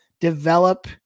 develop